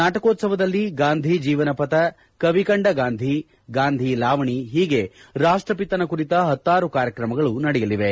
ನಾಟಕೋತ್ಸವದಲ್ಲಿ ಗಾಂಧಿ ಜೀವನ ಪಥ ಕವಿ ಕಂಡ ಗಾಂಧಿ ಗಾಂಧಿ ಲಾವಣಿ ಹೀಗೆ ರಾಷ್ಷಪಿತನ ಕುರಿತ ಪತ್ತಾರು ಕಾರ್ಯಕ್ರಮಗಳು ನಡೆಯಲಿವೆ